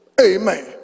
Amen